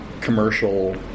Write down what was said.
commercial